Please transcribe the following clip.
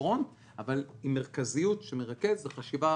פרונט אבל מרכזיות שמרכזת זו חשיבה